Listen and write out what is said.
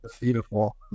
Beautiful